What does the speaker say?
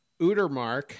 Udermark